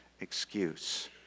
excuse